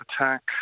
attack